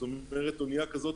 אונייה כזאת,